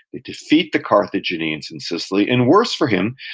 they defeat the carthaginians in sicily and worse for him,